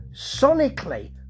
sonically